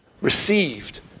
Received